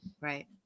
right